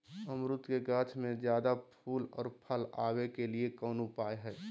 अमरूद के गाछ में ज्यादा फुल और फल आबे के लिए कौन उपाय है?